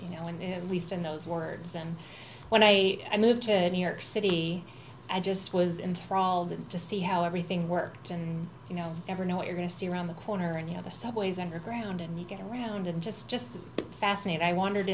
you know in the least in those words and when i moved to new york city i just was in for all that to see how everything worked and you know never know what you're going to see around the corner and you know the subways underground and you get around and just just fascinating i wandered